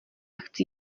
chci